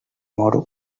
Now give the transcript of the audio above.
moro